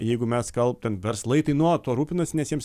jeigu mes kal ten verslai tai nuolat tuo rūpinasi nes jiems